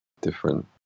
different